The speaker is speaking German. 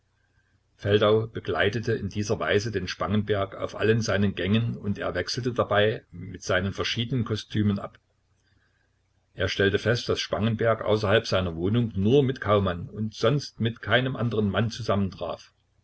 feldau begleitete in dieser weise den spangenberg auf allen seinen gängen und er wechselte dabei mit seinen verschiedenen kostümen ab er stellte fest daß spangenberg außerhalb seiner wohnung nur mit kaumann und sonst mit keinem anderen mann